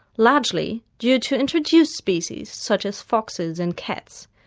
largely due to introduced species such as foxes and cats.